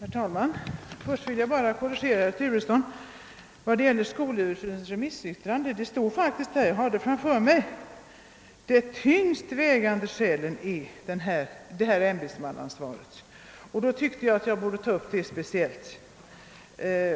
Herr talman! Först vill jag bara korrigera herr Turesson vad beträffar skolöverstyrelsens remissyttrande. Det står faktiskt där — jag har det framför mig — »De tyngst vägande skälen» är detta ämbetsansvar. Därför tycker jag att jag borde ta upp det speciellt